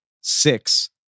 six